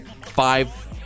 five